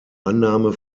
annahme